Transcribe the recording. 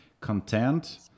Content